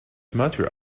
motor